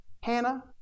Hannah